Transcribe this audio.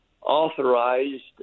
authorized